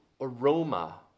aroma